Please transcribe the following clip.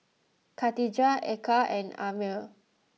Katijah Eka and Ammir